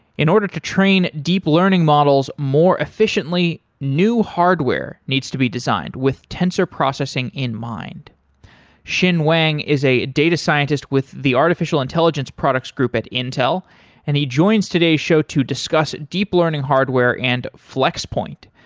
in order to train deep learning models more efficiently, new hardware needs to be designed with tensor processing in mind xin wang is a data scientist with the artificial intelligence products group at intel and he joins today's show to discuss deep learning hardware and flex point,